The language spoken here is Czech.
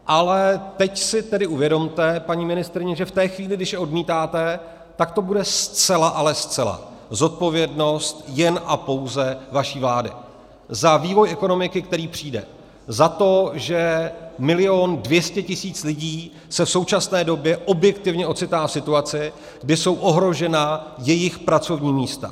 Ale teď si tedy uvědomte, paní ministryně, že v té chvíli, když je odmítáte, tak to bude zcela, ale zcela zodpovědnost jen a pouze vaší vlády za vývoj ekonomiky, který přijde, za to, že 1 200 000 lidí se v současné době objektivně ocitá v situaci, kdy jsou ohrožena jejich pracovní místa.